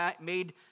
made